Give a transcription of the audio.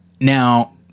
Now